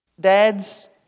Dads